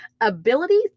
Ability